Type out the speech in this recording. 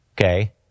Okay